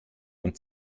und